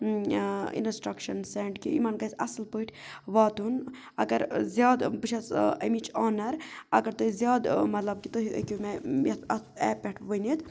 instructions send کہِ یِمَن گژھِ اَصٕل پٲٹھۍ واتُن اگر زیادٕ بہٕ چھَس اَمِچ آنَر اگر تۄہہِ زیادٕ مطلب کہِ تُہۍ ہیٚکِو مےٚ یَتھ اَتھ ایپہِ پٮ۪ٹھ ؤنِتھ